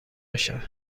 میشود